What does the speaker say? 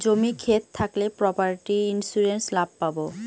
জমি ক্ষেত থাকলে প্রপার্টি ইন্সুরেন্স লাভ পাবো